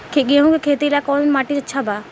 गेहूं के खेती ला कौन माटी अच्छा बा?